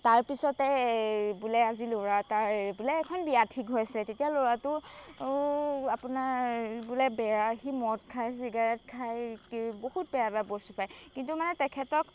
তাৰপিছতে বোলে আজি ল'ৰা এটাৰ বোলে এখন বিয়া ঠিক হৈছে তেতিয়া ল'ৰাটো আপোনাৰ বোলে বেয়া সি মদ খাই চিগাৰেট খাই বহুত বেয়া বেয়া বস্তু খায় কিন্তু মানে তেখেতক